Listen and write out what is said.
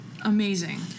amazing